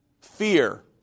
fear